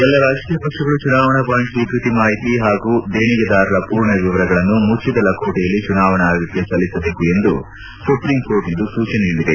ಎಲ್ಲಾ ರಾಜಕೀಯ ಪಕ್ಷಗಳು ಚುನಾವಣಾ ಬಾಂಡ್ ಸ್ವೀಕೃತಿ ಮಾಹಿತಿ ಹಾಗೂ ದೇಣಿಗೆದಾರರ ಪೂರ್ಣ ವಿವರಗಳನ್ನು ಮುಚ್ಚಿದ ಲಕೋಟೆಯಲ್ಲಿ ಚುನಾವಣಾ ಆಯೋಗಕ್ಕೆ ಸಲ್ಲಿಸಬೇಕು ಎಂದು ಸುಪ್ರೀಂಕೋರ್ಟ್ ಇಂದು ಸೂಚನೆ ನೀಡಿದೆ